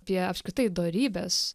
apie apskritai dorybes